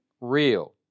real